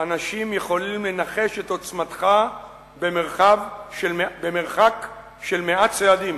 אנשים יכולים לנחש את עוצמתך ממרחק של מאה צעדים.